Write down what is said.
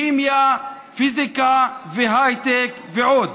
כימיה, פיזיקה, הייטק ועוד.